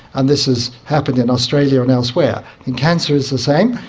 and this has happened in australia and elsewhere. and cancer is the same.